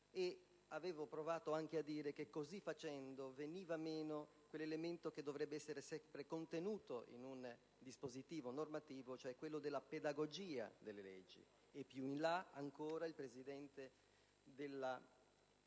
anche provato a dire che, così facendo, veniva meno l'elemento che dovrebbe essere sempre contenuto in un dispositivo normativo, cioè la pedagogia delle leggi. Inoltre, ancora il Presidente della